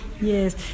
Yes